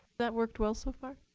that worked well so far?